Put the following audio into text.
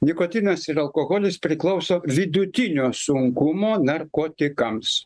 nikotinas ir alkoholis priklauso vidutinio sunkumo narkotikams